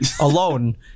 alone